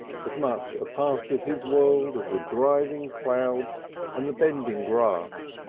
as much a part of his world as the driving clouds and the bending grass,